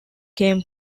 came